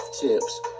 tips